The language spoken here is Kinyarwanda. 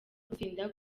gusinda